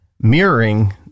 mirroring